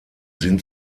sind